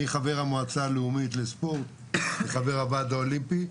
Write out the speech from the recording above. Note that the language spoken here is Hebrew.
אני חבר המועצה הלאומית לספורט וחבר הוועד האולימפי.